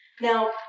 Now